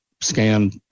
scan